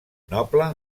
noble